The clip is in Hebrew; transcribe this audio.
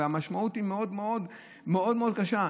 והמשמעות היא מאוד מאוד מאוד קשה.